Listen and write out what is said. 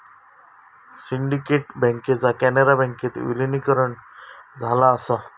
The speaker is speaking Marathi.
सिंडिकेट बँकेचा कॅनरा बँकेत विलीनीकरण झाला असा